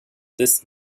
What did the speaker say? des